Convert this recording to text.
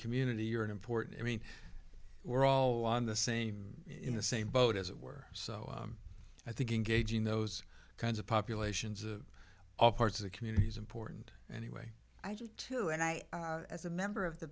community you're an important i mean we're all on the same in the same boat as it were so i think engaging those kinds of populations of all parts of the community is important anyway i just to and i as a member of the